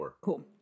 Cool